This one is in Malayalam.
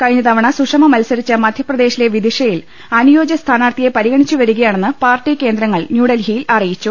കഴിഞ്ഞ തവണ സുഷമ മത്സരിച്ച മധ്യപ്രദേശിലെ വിദിഷയിൽ അനു യോജ്യ സ്ഥാനാർത്ഥിയെ പരിഗണിച്ചുവരിക്യാണെന്ന് പാർട്ടികേന്ദ്രങ്ങൾ ന്യൂഡൽഹിയിൽ അറിയി ച്ചു